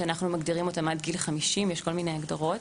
שאותם אנחנו הגדרנו עד גיל 50 אבל יש כל מיני הגדרות,